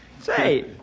Say